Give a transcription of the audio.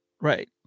Right